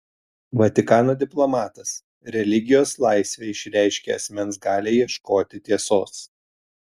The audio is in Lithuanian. vatikano diplomatas religijos laisvė išreiškia asmens galią ieškoti tiesos